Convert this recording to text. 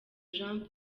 jean